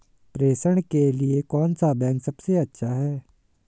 प्रेषण के लिए कौन सा बैंक सबसे अच्छा है?